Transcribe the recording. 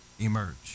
emerge